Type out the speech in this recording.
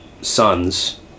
sons